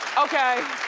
okay.